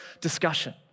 discussion